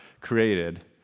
created